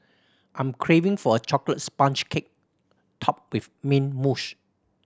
I'm craving for a chocolate sponge cake topped with mint mousse